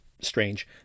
strange